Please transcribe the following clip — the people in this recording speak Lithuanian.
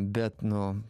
bet nu